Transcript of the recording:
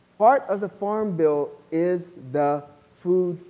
part of the farm bill is the food,